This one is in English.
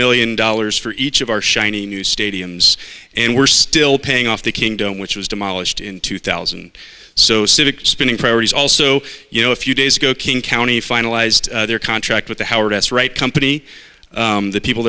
million dollars for each of our shiny new stadiums and we're still paying off the kingdom which was demolished in two thousand so civic spending priorities also you know a few days ago king county finalized their contract with the howard s right company the people